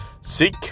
Seek